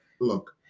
look